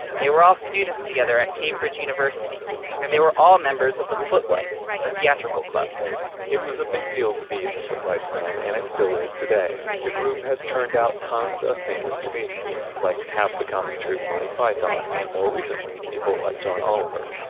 they were all students together at cambridge university and they were all members of the footlights, a theatrical club it was a big deal to be in the footlights then and it still is today. the group has turned out tons of famous comedians. like half the comedy troupe, monty python, and more recently people like john oliver.